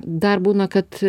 dar būna kad